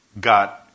got